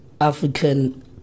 African